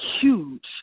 huge